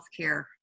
healthcare